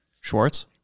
Schwartz